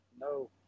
no